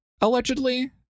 Allegedly